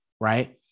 right